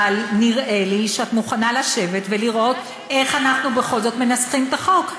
אבל נראה לי שאת מוכנה לשבת ולראות איך אנחנו בכל זאת מנסחים את החוק.